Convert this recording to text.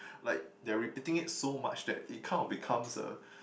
like they are repeating it so much that it kind of becomes a